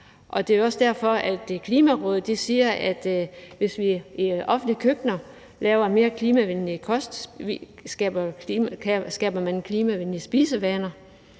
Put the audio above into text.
Det er jo også derfor, at Klimarådet siger, at hvis vi i offentlige køkkener laver mere klimavenlig kost, skaber vi klimavenlige spisevaner,